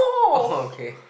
[oho] okay